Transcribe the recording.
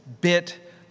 bit